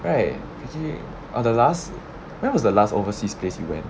right actually are the last when was the last overseas place you went